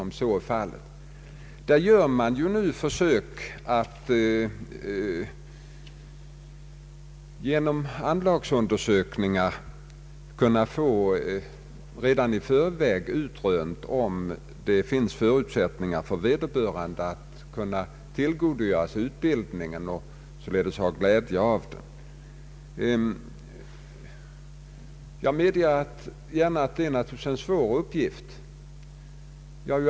Nu görs försök att genom anlagsundersökningar få utrönt i förväg om vederbörande har förutsättningar att tillgodogöra sig utbildningen och således ha glädje av den. Jag medger gärna att det naturligtvis är en svår uppgift.